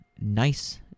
nice